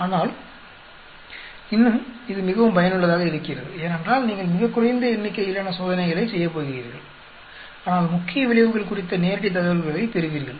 ஆனால் இன்னும் இது மிகவும் பயனுள்ளதாக இருக்கிறது ஏனென்றால் நீங்கள் மிகக் குறைந்த எண்ணிக்கையிலான சோதனைகளைச் செய்யப் போகிறீர்கள் ஆனால் முக்கிய விளைவுகள் குறித்த நேரடி தகவல்களைப் பெறுவீர்கள்